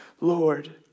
Lord